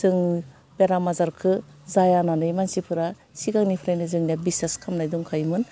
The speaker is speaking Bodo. जों बेराम आजारखो जाया होननानै मानसिफोरा सिगांनिफ्रायनो जों दा बिसास खामनाय दंखायोमोन